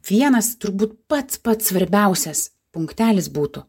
vienas turbūt pats pats svarbiausias punktelis būtų